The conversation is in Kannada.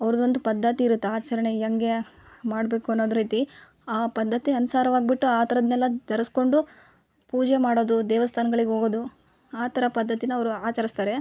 ಅವ್ರ್ದೊಂದು ಪದ್ಧತಿ ಇರತ್ತೆ ಆಚರಣೆ ಹೇಗೆ ಮಾಡಬೇಕು ಅನ್ನೋದು ರೀತಿ ಆ ಪದ್ಧತಿ ಅನುಸಾರವಾಗ್ಬಿಟ್ಟು ಆ ಥರದ್ನೆಲ್ಲ ಧರಿಸ್ಕೊಂಡು ಪೂಜೆ ಮಾಡೋದು ದೇವ್ಸ್ಥಾನಗಳಿಗೆ ಹೋಗೋದು ಆ ಥರ ಪದ್ಧತಿನ ಅವರು ಆಚರಿಸ್ತಾರೆ